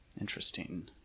Interesting